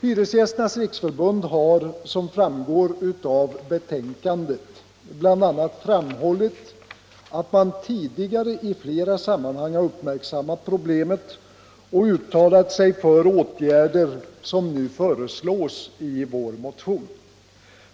Hyresgästernas riksförbund har, såsom framgår av betänkandet, bl.a. framhållit att man tidigare i flera sammanhang uppmärksammat problemet och uttalat sig för åtgärder som nu föreslås i vår motion.